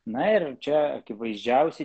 na ir čia akivaizdžiausi